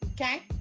Okay